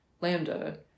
lambda